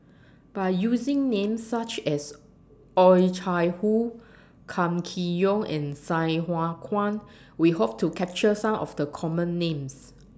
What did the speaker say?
By using Names such as Oh Chai Hoo Kam Kee Yong and Sai Hua Kuan We Hope to capture Some of The Common Names